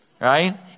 right